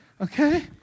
Okay